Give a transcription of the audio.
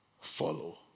Follow